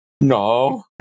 No